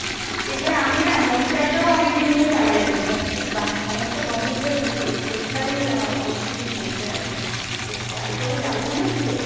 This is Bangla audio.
আচ্ছা এছাড়া আমি না মনিিটারটাও অনেকদিন ধরে চালাইনি ও মানে বাকি সমস্ত কম্পিউটারের সে মানে সেটাই আমার অনেক দিন বসে আছে তো চালু করা যাবে মনে হচ্ছে